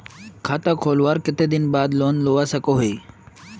खाता खोलवार कते दिन बाद लोन लुबा सकोहो ही?